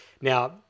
Now